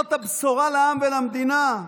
זאת הבשורה לעם ולמדינה,